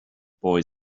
boy